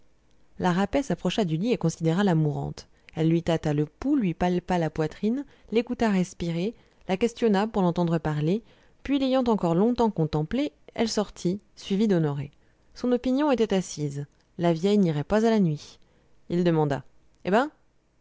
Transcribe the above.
la rapet s'approcha du lit et considéra la mourante elle lui tâta le pouls lui palpa la poitrine l'écouta respirer la questionna pour l'entendre parler puis l'ayant encore longtemps contemplée elle sortit suivie d'honoré son opinion était assise la vieille n'irait pas à la nuit il demanda hé ben